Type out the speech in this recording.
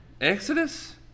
Exodus